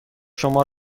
شما